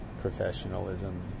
professionalism